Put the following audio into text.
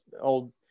old